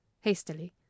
hastily